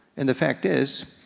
and the fact is,